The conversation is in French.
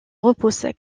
repousse